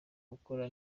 gukora